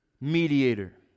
mediator